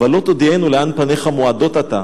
"והלוא תודיענו לאן פניך מועדות עתה,